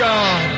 God